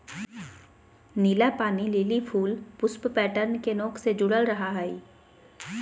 नीला पानी लिली फूल पुष्प पैटर्न के नोक से जुडल रहा हइ